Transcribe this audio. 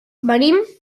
venim